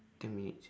ten minutes